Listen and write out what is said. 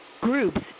groups